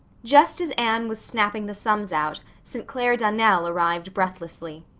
just as anne was snapping the sums out st. clair donnell arrived breathlessly.